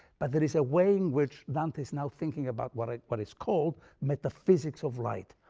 but there is a way in which dante is now thinking about what what is called metaphysics of light.